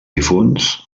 difunts